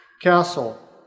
Castle